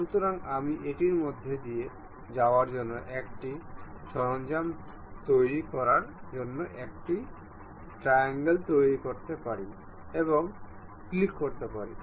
সুতরাং আমি এটির মধ্য দিয়ে যাওয়ার জন্য একটি সরঞ্জাম তৈরি করার জন্য একটি ট্রায়াঙ্গল তৈরি করতে পারি এবং ক্লিক করতে পারি